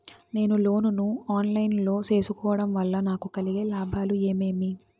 నేను లోను ను online లో సేసుకోవడం వల్ల నాకు కలిగే లాభాలు ఏమేమీ?